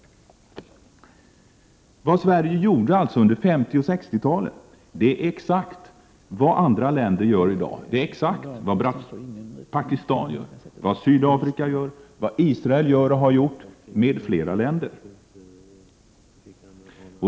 Vad Sverige gjorde under 50 och 60-talen är exakt vad andra länder gör i dag Pakistan, Sydafrika, Israel m.fl. länder.